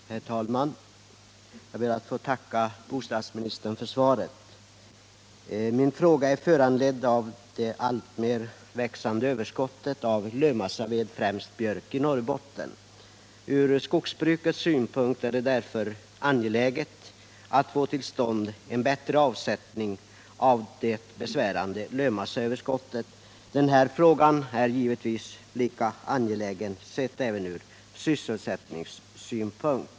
Herr talman! Jag ber att få tacka bostadsministern för svaret. Min fråga är föranledd av det alltmer växande överskottet av lövmassaved, främst av björk, i Norrbotten. Från skogsbrukets synpunkt är det därför angeläget att få till stånd en bättre avsättning av det besvärande lövmassaöverskottet. Frågan är givetvis lika angelägen från sysselsättningssynpunkt.